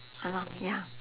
!hannor! ya